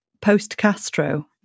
post-Castro